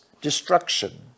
destruction